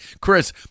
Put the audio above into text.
Chris